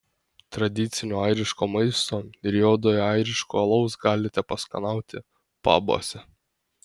tradicinio airiško maisto ir juodojo airiško alaus galite paskanauti pabuose